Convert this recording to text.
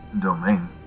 Domain